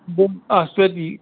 بہٕ آسہٕ تٔتی